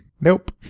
Nope